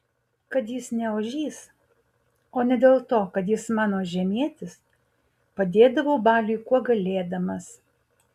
kad jis ne ožys o ne dėl to kad jis mano žemietis padėdavau baliui kuo galėdamas